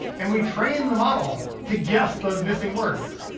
and we train the model to guess those missing words.